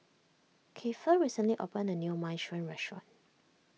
Keifer recently opened a new Minestrone restaurant